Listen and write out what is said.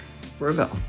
Virgo